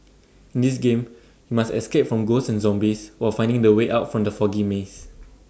in this game you must escape from ghosts and zombies while finding the way out from the foggy maze